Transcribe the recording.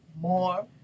more